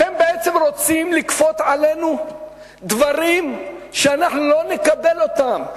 אתם בעצם רוצים לכפות עלינו דברים שאנחנו לא נקבל אותם,